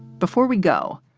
before we go,